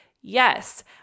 Yes